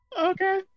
Okay